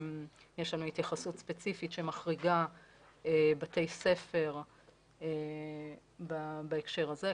יש לנו התייחסות ספציפית שמחריגה בתי ספר בהקשר הזה.